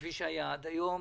כפי שהיה עד היום.